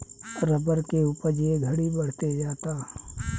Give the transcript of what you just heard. rubber के उपज ए घड़ी बढ़ते जाता